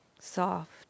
soft